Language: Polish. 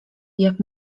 jak